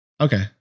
Okay